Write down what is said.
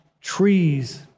trees